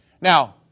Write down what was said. Now